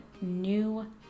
New